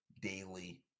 daily